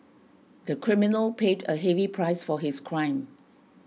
the criminal paid a heavy price for his crime